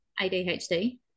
adhd